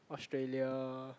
Australia